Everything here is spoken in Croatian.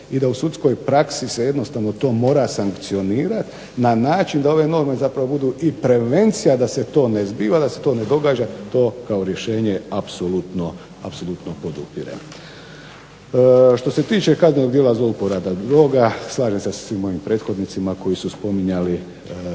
i da u sudskoj praksi se jednostavno to mora sankcionirati na način da ove norme zapravo budu i prevencija da se to ne zbiva, da se to ne događa. To kao rješenje apsolutno podupirem. Što se tiče kaznenog djela zlouporabe droga slažem se sa svim mojim prethodnicima koji su spominjali